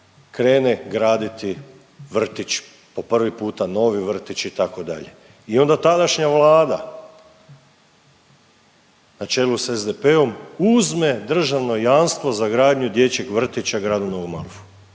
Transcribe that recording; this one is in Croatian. krene graditi vrtić po prvi puta, novi vrtić, itd. I onda tadašnja vlada na čelu s SDP-om uzme državno jamstvo za gradnju dječjeg vrtića Gradu Novom Marofu.